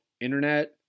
internet